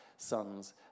sons